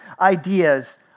ideas